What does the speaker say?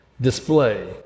display